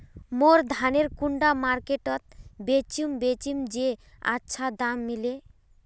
मोर धानेर कुंडा मार्केट त बेचुम बेचुम जे अच्छा दाम मिले?